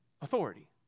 authority